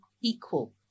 equal